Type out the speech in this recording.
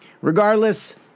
regardless